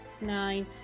Nine